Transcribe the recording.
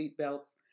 seatbelts